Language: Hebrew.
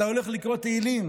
אתה הולך לקרוא תהילים